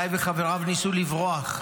גיא וחבריו ניסו לברוח.